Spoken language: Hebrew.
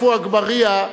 עפו אגבאריה,